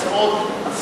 אז בוא נעשה במליאה.